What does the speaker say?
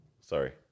Sorry